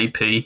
AP